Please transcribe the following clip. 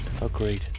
agreed